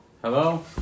Hello